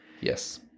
Yes